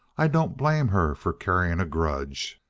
i don't blame her for carrying a grudge.